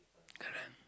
correct